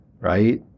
Right